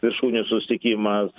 viršūnių susitikimas